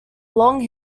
long